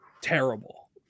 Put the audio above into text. terrible